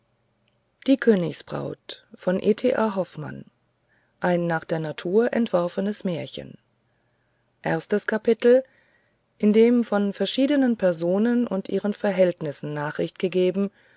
die königsbraut ein nach der natur entworfenes märchen erstes kapitel in dem von verschiedenen personen und ihren verhältnissen nachricht gegeben